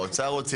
האוצר הוציא,